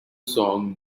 songs